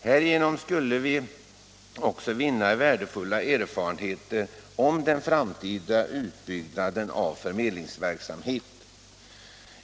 Härigenom skulle vi också vinna värdefulla erfarenheter med tanke på den framtida utbyggnaden av förmedlingsverksamheten.